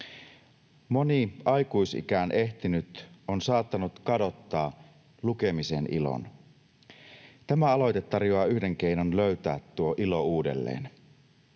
Moni aikuisikään ehtinyt on saattanut kadottaa lukemisen ilon. Tämä aloite tarjoaa yhden keinon löytää tuo ilo uudelleen.